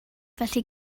felly